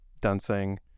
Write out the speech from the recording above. dancing